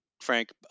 frank